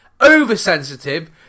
oversensitive